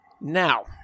Now